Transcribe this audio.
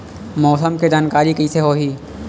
मौसम के जानकारी कइसे होही?